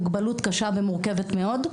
מוגבלות קשה ומורכבת מאוד,